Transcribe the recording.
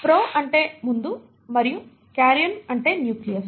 pro అంటే ముందు మరియు కార్యోన్ అంటే న్యూక్లియస్